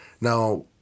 now